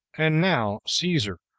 and now caesar,